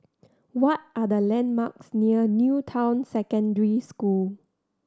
what are the landmarks near New Town Secondary School